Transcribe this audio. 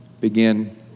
begin